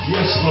Yes